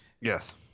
Yes